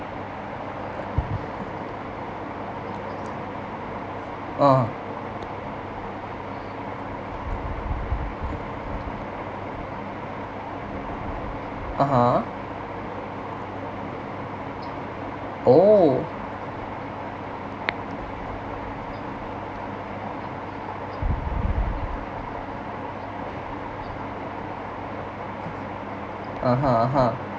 uh (uh huh) !ow! (uh huh) (uh huh)